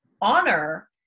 honor